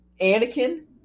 Anakin